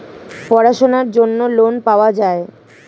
পড়াশোনার জন্য লোন পাওয়া যায়